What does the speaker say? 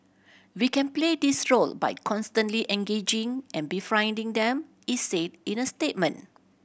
we can play this role by constantly engaging and befriending them it said in a statement